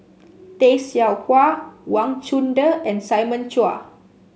Tay Seow Huah Wang Chunde and Simon Chua